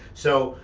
so,